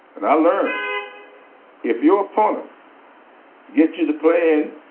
and i learned if your opponent gets you to play